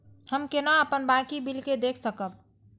हम केना अपन बाकी बिल के देख सकब?